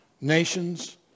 nations